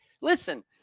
listen